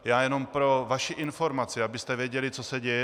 Já jen pro vaši informaci, abyste věděli, co se děje.